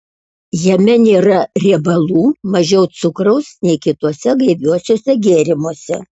jame nėra riebalų mažiau cukraus nei kituose gaiviuosiuose gėrimuose